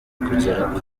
kugera